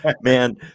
man